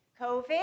COVID